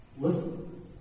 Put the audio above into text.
listen